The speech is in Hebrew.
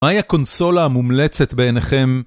מהי הקונסולה המומלצת בעיניכם?